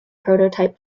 prototype